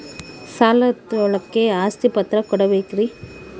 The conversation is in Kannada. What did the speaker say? ಸಾಲ ತೋಳಕ್ಕೆ ಆಸ್ತಿ ಪತ್ರ ಕೊಡಬೇಕರಿ?